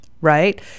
right